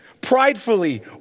pridefully